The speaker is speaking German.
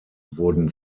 wurden